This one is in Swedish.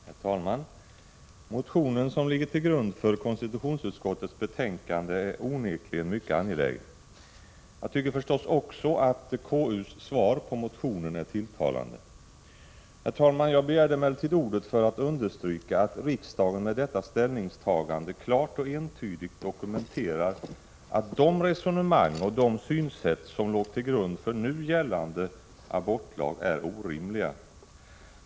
Herr talman! Motionen som ligger till grund för konstitutionsutskottets betänkande är onekligen mycket angelägen. Jag tycker förstås också att konstitutionsutskottets svar på motionen är tilltalande. Jag begärde emellertid ordet för att understryka att riksdagen med detta ställningstagande klart och entydigt dokumenterar att de resonemang och synsätt som låg till grund för nu gällande abortlag är orimliga.